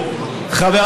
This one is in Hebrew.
ואחר